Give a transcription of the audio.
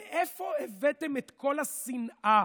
מאיפה הבאתם את כל השנאה,